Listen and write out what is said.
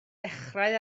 dechrau